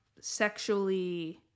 sexually